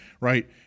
right